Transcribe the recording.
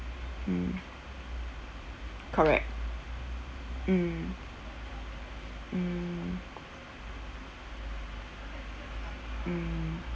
mm correct mm mm mm